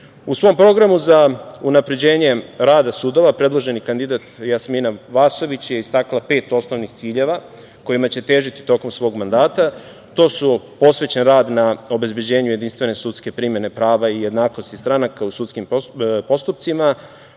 svom Programu za unapređenje rada sudova predloženi kandidat Jasmina Vasović je istakla pet osnovnih ciljeva kojima će težiti tokom svog mandata. To su: posvećen rad na obezbeđenju jedinstvene sudske primene prava i jednakosti stranaka u sudskim postupcima,